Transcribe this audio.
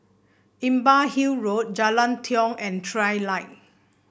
Imbiah Hill Road Jalan Tiong and Trilight